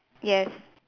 yes